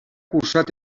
cursat